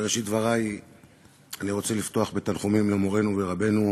בראשית דברי אני רוצה לפתוח בתנחומים למורנו ורבנו,